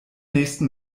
nächsten